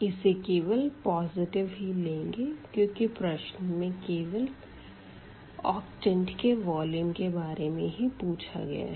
इसे केवल पॉजिटिव ही लेंगे क्यूँकि प्रश्न में केवल ओकटेट के वॉल्यूम के बारे में ही पूछा गया है